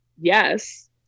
yes